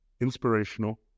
inspirational